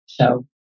show